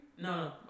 no